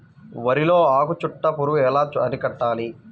వరిలో ఆకు చుట్టూ పురుగు ఎలా అరికట్టాలి?